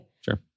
Sure